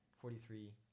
forty-three